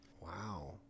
Wow